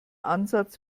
ansatz